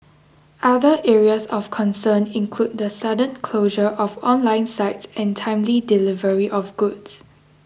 other areas of concern include the sudden closure of online sites and timely delivery of goods